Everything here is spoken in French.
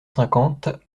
cinquante